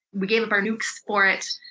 we gave up our nukes for it,